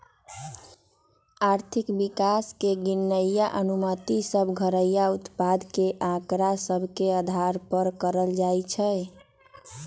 आर्थिक विकास के गिननाइ अनुमानित सभ घरइया उत्पाद के आकड़ा सभ के अधार पर कएल जाइ छइ